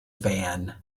van